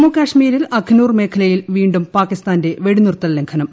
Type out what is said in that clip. ജമ്മുകാശ്മീരില്ലെ അഖ്നൂർ മേഖലയിൽ വീണ്ടും പാകിസ്താന്റെ വെടിനിറുത്തൽ ലംഘനം